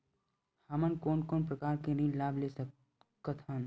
हमन कोन कोन प्रकार के ऋण लाभ ले सकत हन?